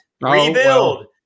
rebuild